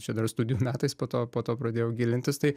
čia dar studijų metais po to po to pradėjau gilintis tai